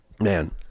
man